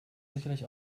sicherlich